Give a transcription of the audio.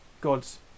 god's